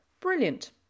Brilliant